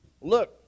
Look